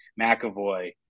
McAvoy